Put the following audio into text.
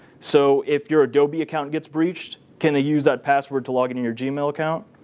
so if your adobe account gets breached, can they use that password to log into your gmail account?